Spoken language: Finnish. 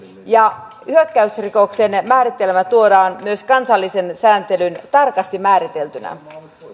hyökkäysrikoksen määritelmä tuodaan myös kansalliseen sääntelyyn tarkasti määriteltynä